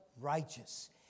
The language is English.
righteous